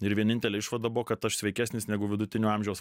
ir vienintelė išvada buvo kad aš sveikesnis negu vidutinio amžiaus